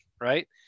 right